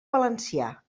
valencià